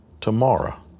tomorrow